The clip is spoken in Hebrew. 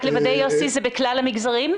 רק לוודא, יוסי, זה בכלל המגזרים?